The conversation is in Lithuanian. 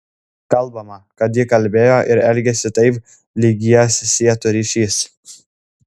kalbama kad ji kalbėjo ir elgėsi taip lyg jas sietų ryšys